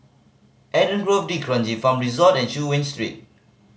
Eden Grove D'Kranji Farm Resort and Chu Yen Street